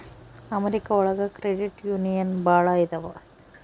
America ಒಳಗ credit union ಭಾಳ ಇದಾವ